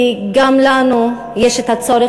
כי גם לנו יש את הצורך,